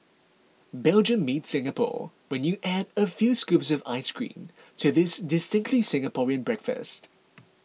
Belgium meets Singapore when you add a few scoops of ice cream to this distinctively Singaporean breakfast